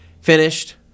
finished